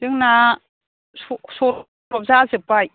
जोंना सरख जाजोबबाय